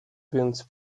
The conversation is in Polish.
więc